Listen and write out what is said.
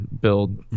build